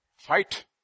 fight